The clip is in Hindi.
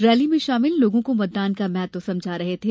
रैली में शामिल लोगो को मतदान का महत्व समझा रहे थे